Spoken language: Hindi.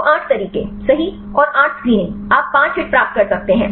तो 8 तरीके सही और 8 स्क्रीनिंग आप 5 हिट प्राप्त कर सकते हैं